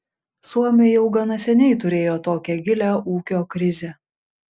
suomiai jau gana seniai turėjo tokią gilią ūkio krizę